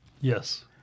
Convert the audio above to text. Yes